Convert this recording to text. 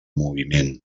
moviment